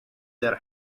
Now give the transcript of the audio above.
their